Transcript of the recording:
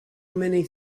many